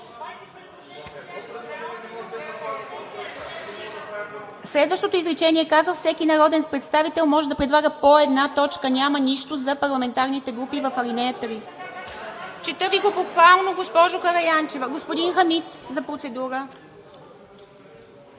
Следващото изречение казва: Всеки народен представител може да предлага по една точка. Няма нищо за парламентарните групи в ал. 3. (Реплики от ГЕРБ-СДС.) Чета Ви го буквално, госпожо Караянчева. Господин Хамид за процедура.